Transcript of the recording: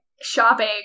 Shopping